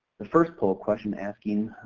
the first poll question asking